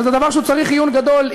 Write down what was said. אז זה דבר שהוא צריך עיון גדול,